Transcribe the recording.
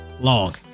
long